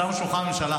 שמו על שולחן הממשלה,